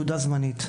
תעודה זמנית.